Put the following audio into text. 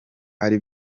ari